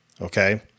Okay